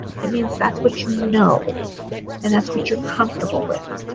it means that's what you know and that's what you're comfortable with.